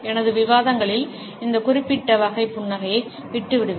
எனது விவாதங்களில் இந்த குறிப்பிட்ட வகை புன்னகையை விட்டுவிடுவேன்